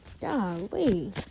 Golly